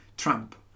Trump